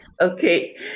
Okay